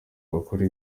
bakora